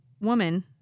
woman